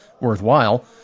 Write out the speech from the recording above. worthwhile